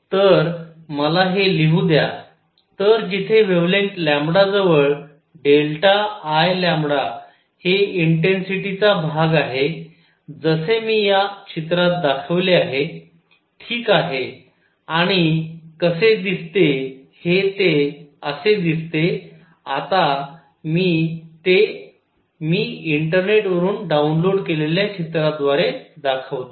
तर मला हे लिहू द्या तर जिथे वेव्हलेंग्थ जवळ I हे इंटेन्सिटी चा भाग आहे जसे मी या चित्रात दाखविले आहे ठीक आहे आणि कसे दिसते हे ते असे दिसते आता मी ते मी इंटरनेटवरून डाउनलोड केलेल्या चित्राद्वारे दाखवतो